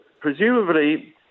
Presumably